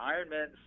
Ironman